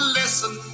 listen